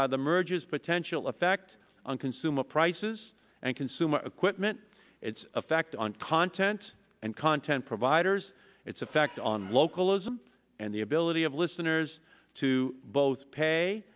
of the mergers potential effect on consumer prices and consumer equipment its effect on content and content providers its effect on localism and the ability of listeners to both pay